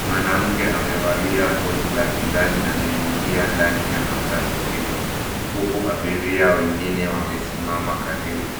mwanamke amevalia koti la kijani anaingia ndani ya matatu hilo huku abiria wengine wamesimama karibu.